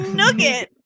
nugget